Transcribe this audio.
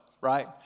right